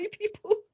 people